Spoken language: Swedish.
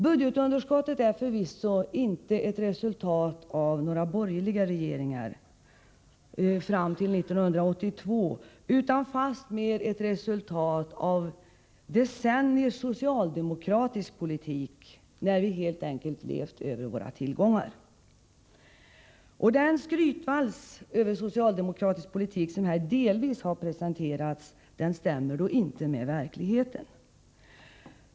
Budgetunderskottet är förvisso inte ett resultat av några borgerliga regeringar fram till 1982, utan fastmer ett resultat av decenniers socialdemokratisk politik, när vi helt enkelt levde över våra tillgångar. Den skrytvals över socialdemokratisk politik som här har presenterats stämmer inte med verkligheten.